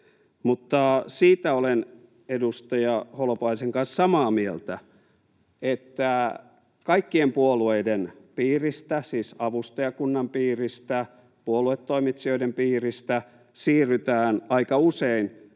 siitä olen edustaja Holopaisen kanssa samaa mieltä, että kaikkien puolueiden piiristä, siis avustajakunnan piiristä, puoluetoimitsijoiden piiristä, siirrytään aika usein